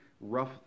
rough